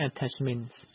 attachments